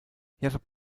jakob